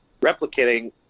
replicating